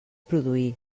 produir